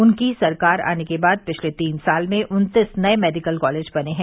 उनकी सरकार आने के बाद पिछले तीन साल में उन्तीस नए मेडिकल कालेज बने हैं